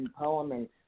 empowerment